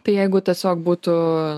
tai jeigu tiesiog būtų